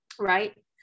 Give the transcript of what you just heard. right